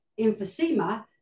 emphysema